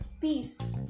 peace